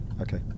Okay